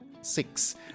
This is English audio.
six